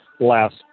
last